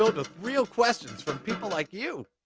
filled with real questions from people like you!